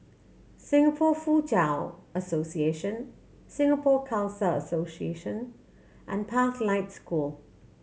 Singapore Foochow Association Singapore Khalsa Association and Pathlight School